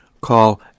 Call